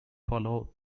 follow